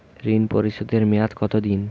ঋণ পরিশোধের মেয়াদ কত দিন?